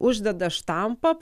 uždeda štampą